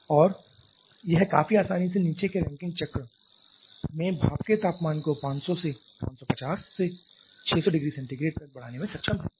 और यह काफी आसानी से नीचे के रैंकिन चक्र में भाप के तापमान को 500 से 550 से 600 ℃ तक बढ़ाने में सक्षम है